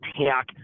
attack